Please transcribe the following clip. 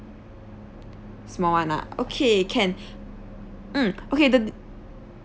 small [one] ah okay can mm okay the